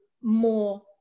more